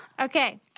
Okay